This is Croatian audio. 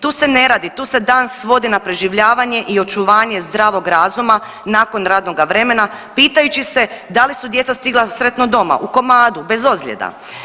Tu se ne radi, tu se dan svodi na preživljavanje i očuvanje zdravog razuma nakon radnoga vremena pitajući se da li su djeca stigla sretno doma u komadu, bez ozljeda.